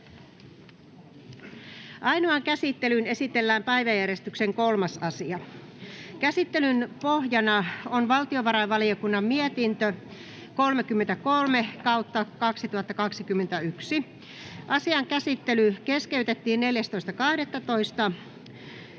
Ainoaan käsittelyyn esitellään päiväjärjestyksen 3. asia. Käsittelyn pohjana on valtiovarainvaliokunnan mietintö VaVM 33/2021 vp. Asian käsittely keskeytettiin 14.12.2021